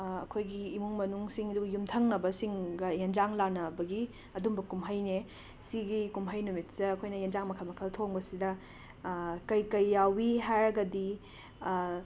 ꯑꯩꯈꯣꯏꯒꯤ ꯏꯃꯨꯡ ꯃꯅꯨꯡꯁꯤꯡ ꯑꯗꯨꯒ ꯌꯨꯝꯊꯪꯅꯕꯁꯤꯡꯒ ꯌꯦꯟꯁꯥꯡ ꯂꯥꯟꯅꯕꯒꯤ ꯑꯗꯨꯝꯕ ꯀꯨꯝꯍꯩꯅꯦ ꯁꯤꯒꯤ ꯀꯨꯝꯍꯩ ꯅꯨꯃꯤꯠꯁꯤꯗ ꯑꯩꯈꯣꯏꯅ ꯌꯦꯟꯁꯥꯡ ꯃꯈꯜ ꯃꯈꯜ ꯊꯣꯡꯕꯁꯤꯗ ꯀꯩ ꯀꯩ ꯌꯥꯎꯏ ꯍꯥꯏꯔꯒꯗꯤ